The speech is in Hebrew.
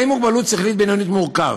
בעלי מוגבלות שכלית בינונית מורכב,